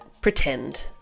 pretend